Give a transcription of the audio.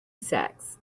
sacks